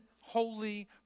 holy